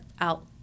out